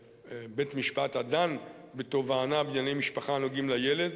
לבית-משפט הדן בתובענה בענייני משפחה הנוגעים לילד,